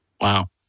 Wow